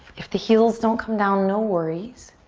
if the heels don't come down, no worries.